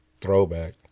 throwback